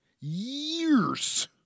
Years